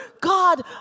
God